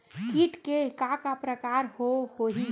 कीट के का का प्रकार हो होही?